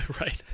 Right